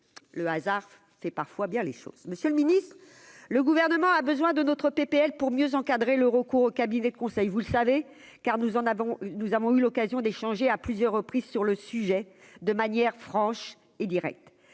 le hasard fait parfois bien les choses, monsieur le Ministre, le gouvernement a besoin de notre PPL pour mieux encadrer le recours aux cabinets de conseil, vous le savez, car nous en avons, nous avons eu l'occasion d'échanger à plusieurs reprises sur le sujet de manière franche et directe,